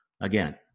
again